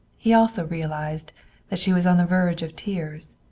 he also realized that she was on the verge of tears.